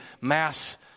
mass